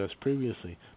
previously